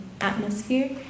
atmosphere